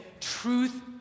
truth